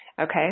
Okay